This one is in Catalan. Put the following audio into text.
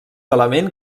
element